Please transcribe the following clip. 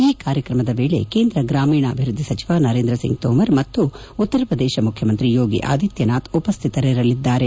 ಈ ಕಾರ್ಯಕ್ರಮದ ವೇಳೆ ಕೇಂದ್ರ ಗ್ರಾಮೀಣಾಭಿವೃದ್ದಿ ಸಚಿವ ನರೇಂದ್ರ ಸಿಂಗ್ ತೋಮರ್ ಮತ್ತು ಉತ್ತರ ಪ್ರದೇಶ ಮುಖ್ಯಮಂತ್ರಿ ಯೋಗಿ ಆದಿತ್ಲನಾಥ್ ಉಪಸ್ಥಿತರಿರಲಿದ್ದಾರೆ